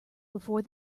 before